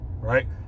right